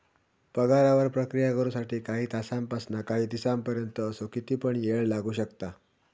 पगारावर प्रक्रिया करु साठी काही तासांपासानकाही दिसांपर्यंत असो किती पण येळ लागू शकता